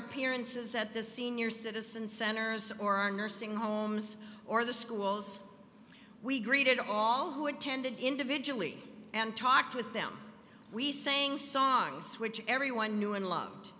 appearances at the senior citizen centers or our nursing homes or the schools we greeted all who attended individually and talked with them we sang songs which everyone knew and loved